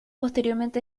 posteriormente